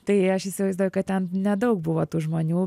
tai aš įsivaizduoju kad ten nedaug buvo tų žmonių